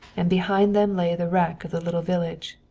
and behind them lay the wreck of the little village,